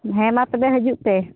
ᱦᱮᱸ ᱢᱟ ᱛᱚᱵᱮ ᱦᱤᱡᱩᱜ ᱯᱮ